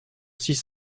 six